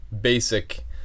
basic